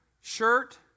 shirt